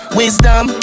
wisdom